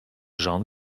żonę